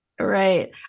Right